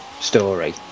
story